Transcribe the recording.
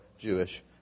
Jewish